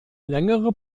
längere